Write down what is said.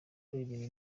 baririmba